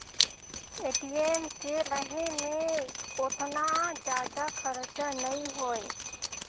ATM के रहें मे ओतना जादा खरचा नइ होए